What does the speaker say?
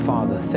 Father